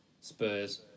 Spurs